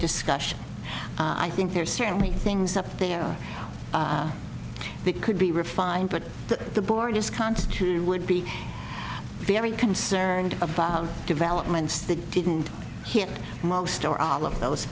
discussion i think there are certainly things up there that could be refined but that the board is constituted would be very concerned about developments that didn't hit most or all of those